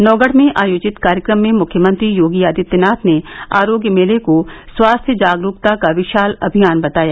नौगढ़ में आयोजित कार्यक्रम में मुख्यमंत्री योगी आदित्यनाथ ने आरोग्य मेले को स्वास्थ्य जागरूकता का विशाल अभियान बताया